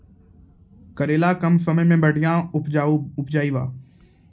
करेला कम समय मे बढ़िया उपजाई बा?